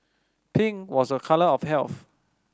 pink was a colour of health